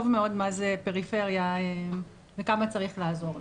מאוד מה זה פריפריה וכמה צריך לעזור לה.